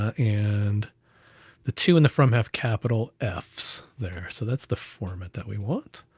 and the two in the front half capital f's there. so that's the format that we want.